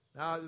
Now